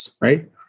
right